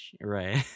Right